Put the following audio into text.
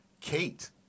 Kate